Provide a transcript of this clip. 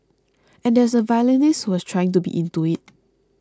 and there is a violinist who was trying to be into it